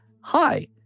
hi